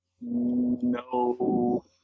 no